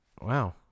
Wow